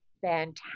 fantastic